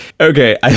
okay